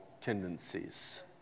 tendencies